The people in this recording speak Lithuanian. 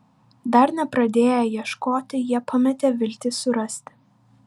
dar nepradėję ieškoti jie pametė viltį surasti